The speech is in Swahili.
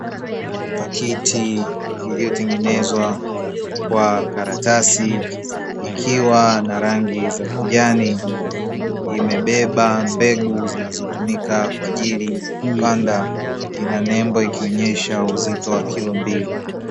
Pakiti iliyotengenezwa kwa karatasi, ikiwa na rangi za kijani imebeba mbegu zinazotumika kwa ajili ya kupanda, ina nembo ikionyesha uzito wa kilo mbili.